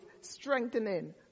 strengthening